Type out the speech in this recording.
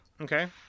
Okay